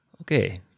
Okay